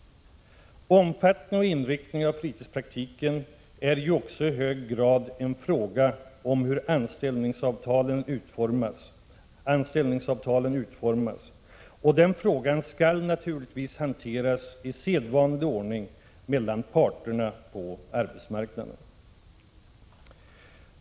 Omfattning och inriktning av fritidspraktiken är ju också i hög grad en fråga om hur anställningsavtalen utformas, och den frågan skall naturligtvis i sedvanlig ordning hanteras mellan parterna på arbetsmarknaden.